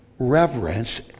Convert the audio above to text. reverence